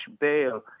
bail